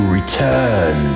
return